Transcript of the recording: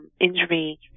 injury